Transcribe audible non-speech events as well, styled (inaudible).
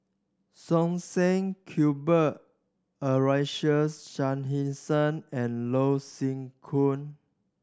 Som Said Cuthbert Aloysius Shepherdson and Loh Sin (unintelligible)